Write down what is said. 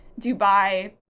Dubai